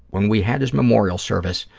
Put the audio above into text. when we had his memorial service,